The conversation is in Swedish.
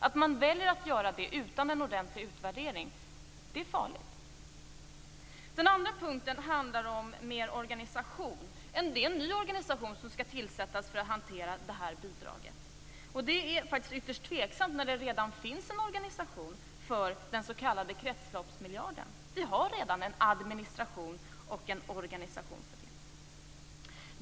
Det är farligt att göra så utan utvärdering. Den andra punkten handlar om organisation. En ny organisation skall tillsättas för att hantera bidraget. Det är ytterst tvivelaktigt när det redan finns en organisation för den s.k. kretsloppsmiljarden. Det finns redan en administration och en organisation.